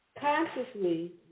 consciously